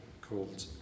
called